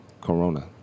corona